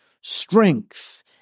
strength